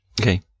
Okay